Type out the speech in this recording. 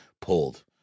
pulled